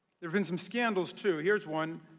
there been some scandals, too. here's one,